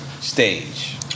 stage